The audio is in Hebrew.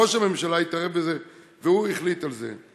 ראש הממשלה התערב בזה והוא החליט על זה.